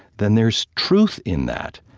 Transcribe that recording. then there's truth in that.